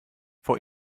vor